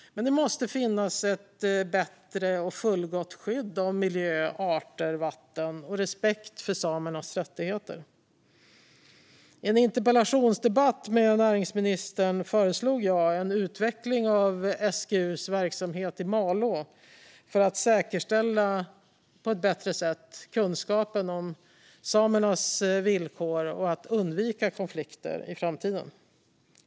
Men det måste finnas ett bättre - ett fullgott - skydd av miljö, arter och vatten och respekt för samernas rättigheter. I en interpellationsdebatt med näringsministern föreslog jag att man ska utveckla SGU:s verksamhet i Malå för att på ett bättre sätt säkerställa kunskapen om samernas villkor och undvika framtida konflikter.